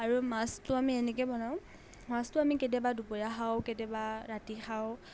আৰু মাছটো আমি এনেকৈ বনাওঁ মাছটো আমি কেতিয়াবা দুপৰীয়া খাওঁ কেতিয়াবা ৰাতি খাওঁ